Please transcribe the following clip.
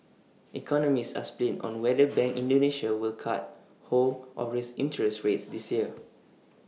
economists are split on whether bank Indonesia will cut hold or raise interest rates this year